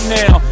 now